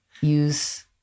use